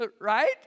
Right